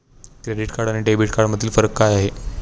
Credit card आणि debit कार्डमधील फरक काय आहे?